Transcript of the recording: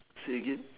say again